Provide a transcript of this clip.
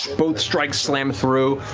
both strikes slam through.